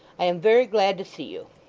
i am very glad to see you